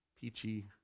peachy